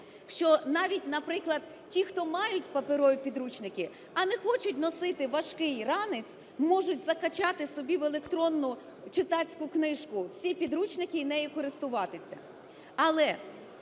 що навіть, наприклад, ті, хто мають паперові підручники, а не хочуть носити важкий ранець, можуть закачати собі в електронну читацьку книжку всі підручники і нею користуватися.